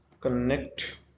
Connect